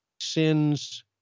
sins